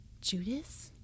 Judas